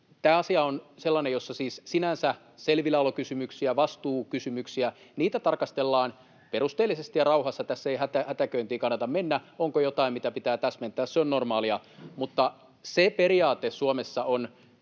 tämä asia on sellainen, jossa siis sinänsä selvilläolokysymyksiä ja vastuukysymyksiä tarkastellaan perusteellisesti ja rauhassa, tässä ei hätiköintiin kannata mennä: onko jotain, mitä pitää täsmentää. Se on normaalia. Mutta se periaate Suomessa on,